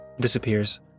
disappears